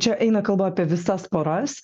čia eina kalba apie visas poras